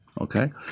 Okay